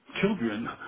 children